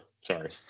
Sorry